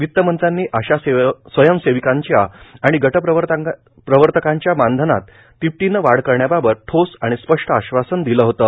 वित्तमंत्र्यांनी आशा स्वयंसेविकांच्या आणि गटप्रवर्तकांच्या मानधनात तिप्पटीनं वाढ करण्याबाबत ठोस आणि स्पष्ट आश्वासन दिलं होते